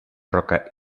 roca